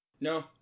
No